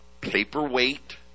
paperweight